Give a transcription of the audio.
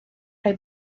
rhoi